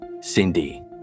Cindy